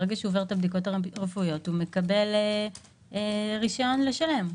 ברגע שהוא עובר את הבדיקות הרפואיות הוא מקבל רישיון לשלם.